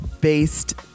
based